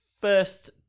first